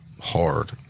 hard